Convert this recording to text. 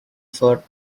for